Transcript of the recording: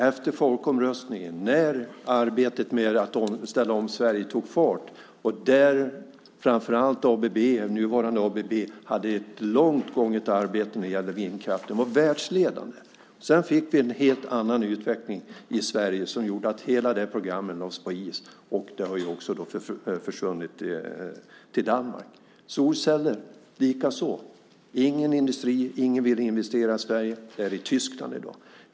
Efter folkomröstningen tog arbetet med att ställa om Sverige fart, och nuvarande ABB hade ett långt gånget arbete gällande vindkraft. De var världsledande. Sedan fick vi en helt annan utveckling i Sverige som gjorde att hela programmet lades på is och försvann till Danmark. Detsamma hände med solcellerna. Ingen ville investera i Sverige, utan den industrin finns i Tyskland i dag.